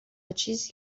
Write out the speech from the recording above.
چیزی